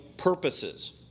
purposes